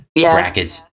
brackets